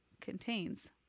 Contains